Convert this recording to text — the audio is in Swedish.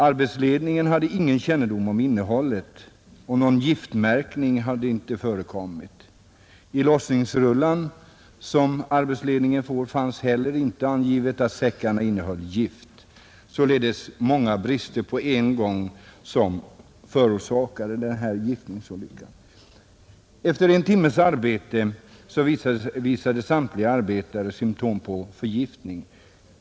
Arbetsledningen hade ingen kännedom om innehållet och någon giftmärkning förekom inte. I lossningsrullan, som arbetsledningen får, fanns heller inte angivet att säckarna innehöll gift. Det var således många brister på en gång som förorsakade den här förgiftningsolyckan. Efter en timmes arbete visade samtliga arbetare symtom på förgiftning.